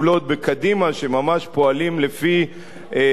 שממש פועלים לפי דרכו,